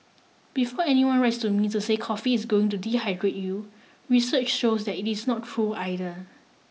before anyone writes to me to say coffee is going to dehydrate you research shows that is not true either